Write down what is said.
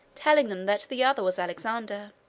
telling them that the other was alexander.